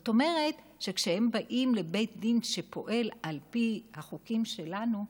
זאת אומרת שכשהם באים לבית דין שפועל על פי החוקים שלנו,